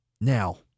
Now